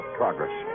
progress